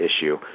issue